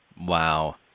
Wow